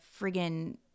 friggin